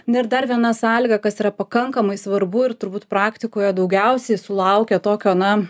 na ir dar viena sąlyga kas yra pakankamai svarbu ir turbūt praktikoje daugiausiai sulaukia tokio na